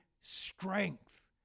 strength